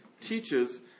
teaches